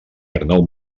arnau